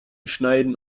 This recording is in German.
schneiden